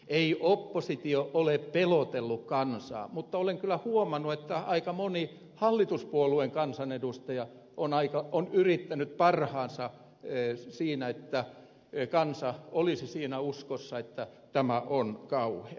ei oppositio ole pelotellut kansaa mutta olen kyllä huomannut että aika moni hallituspuolueen kansanedustaja on yrittänyt parhaansa siinä että kansa olisi siinä uskossa että tämä on kauhea